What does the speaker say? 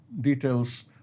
details